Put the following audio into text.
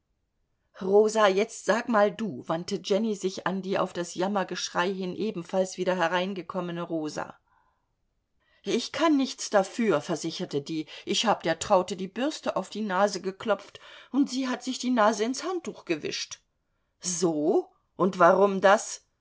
rosa jetzt sag mal du wandte jenny sich an die auf das jammergeschrei hin ebenfalls wieder hereingekommene rosa ich kann nichts dafür versicherte die ich hab der traute die bürste auf die nase geklopft und sie hat sich die nase ins handtuch gewischt so und warum das